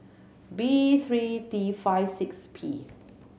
B three T five six P